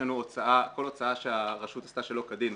כל הוצאה שהרשות עשתה שלא כדין,